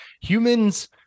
humans